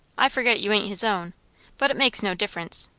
i forget you ain't his own but it makes no difference.